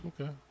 Okay